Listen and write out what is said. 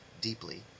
deeply